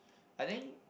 I think